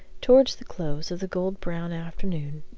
towards the close of the gold-brown afternoon,